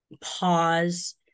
pause